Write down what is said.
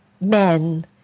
men